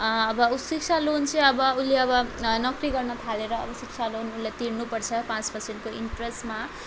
अब ऊ शिक्षा लोन चाहिँ अब उसले अब नोकरी गर्न थालेर शिक्षा लोन उसले तिर्नुपर्छ पाँच पर्सेन्टको इन्ट्रेसमा